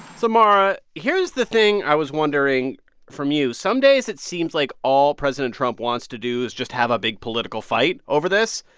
so, mara, here's the thing i was wondering from you. some days, it seems like all president trump wants to do is just have a big political fight over this.